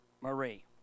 Marie